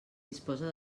disposa